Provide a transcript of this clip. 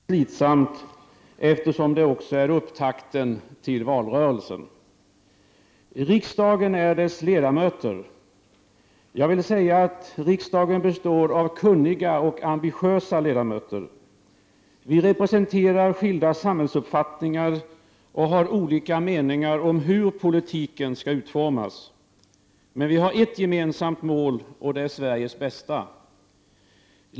Ärade ledamöter! Jag hälsar er alla varmt välkomna tillbaka till riksdagen och till ett nytt arbetsår. Ett år som kommer att bli extra slitsamt eftersom det också är upptakten till valrörelsen. Riksdagen är dess ledamöter. Jag vill säga att riksdagen består av kunniga och ambitiösa ledamöter. Vi representerar skilda samhällsuppfattningar och har olika meningar om hur politiken skall utformas. Men vi har ett gemensamt mål och det är Sveriges bästa.